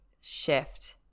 shift